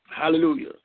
Hallelujah